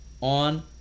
on